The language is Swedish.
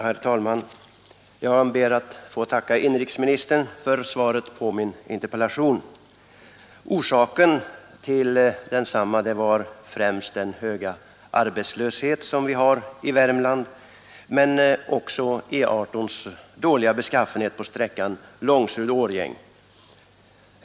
Herr talman! Jag ber att få tacka inrikesministern för svaret på min interpellation. Anledningen till att jag framställde den var främst den höga arbetslöshet som vi har i Värmland men också E 18:s dåliga beskaffenhet på sträckan Långserud Årjäng.